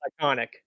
Iconic